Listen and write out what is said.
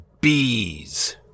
bees